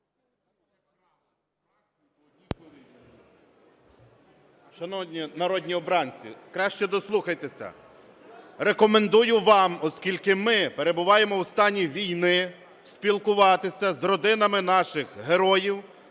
Шановні народні обранці, краще дослухайтеся. Рекомендую вам, оскільки ми перебуваємо у стані війни, спілкуватися з родинами наших героїв,